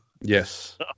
Yes